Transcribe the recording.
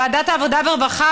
ועדת העבודה והרווחה